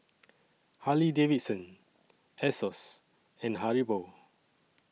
Harley Davidson Asos and Haribo